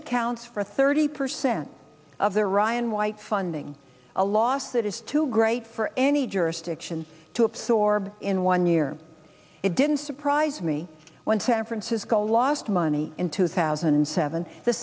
accounts for thirty percent of the ryan white funding a loss that is too great for any jurisdiction to absorb in one year it didn't surprise me when san francisco lost money in two thousand and seven the